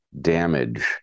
damage